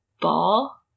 ball